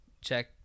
check